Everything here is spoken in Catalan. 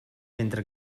mentre